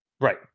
Right